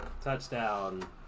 Touchdown